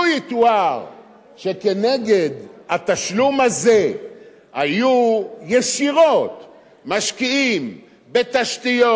לו יתואר שכנגד התשלום הזה היו ישירות משקיעים בתשתיות,